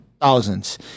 Thousands